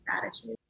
gratitude